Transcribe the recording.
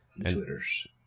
Twitter's